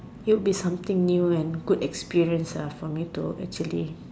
it'll be something new and good experience ah for me to actually